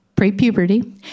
pre-puberty